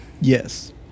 Yes